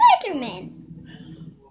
Spider-Man